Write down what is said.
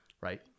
right